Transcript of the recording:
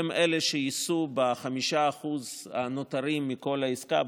הן אלה שיישאו ב-5% הנותרים מכל העסקה,